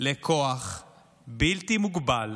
לכוח בלתי מוגבל